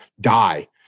die